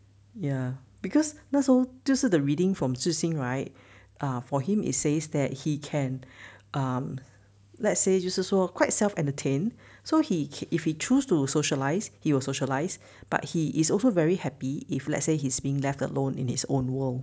ya because 那时候就是 the reading from right for him it says that he can um let's say 就是说 quite self entertain so he can if he chose to socialise he will socialise but he is also very happy if let's say he's being left alone in his own world